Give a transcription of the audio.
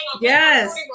Yes